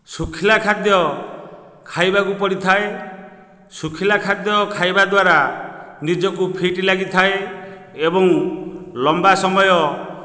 ଶୁଖିଲା ଖାଦ୍ୟ ଖାଇବାକୁ ପଡ଼ିଥାଏ ଶୁଖିଲା ଖାଦ୍ୟ ଖାଇବା ଦ୍ୱାରା ନିଜକୁ ଫିଟ୍ ଲାଗିଥାଏ ଏବଂ ଲମ୍ବା ସମୟ